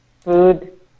food